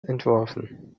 entworfen